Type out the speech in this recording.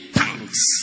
thanks